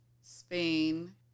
spain